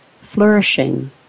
flourishing